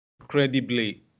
incredibly